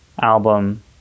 album